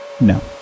No